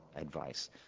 advice